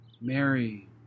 Mary